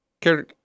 care